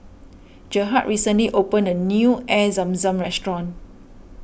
Gerhardt recently opened a new Air Zam Zam restaurant